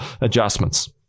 adjustments